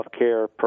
healthcare